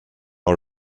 are